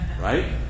Right